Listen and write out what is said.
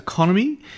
economy